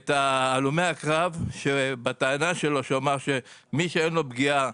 את הלומי הקרוב בטענה שלו שהוא אמר שמי שאין לו פגיעה